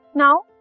Now